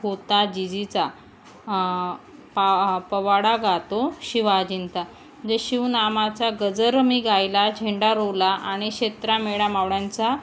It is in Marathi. होता जिजीचा पा पोवाडा गातो शिवाजींचा म्हणजे शिवनामाचा गजर मी गायला झेंडा रोविला आणि क्षेत्रा मेळा मावळ्यांचा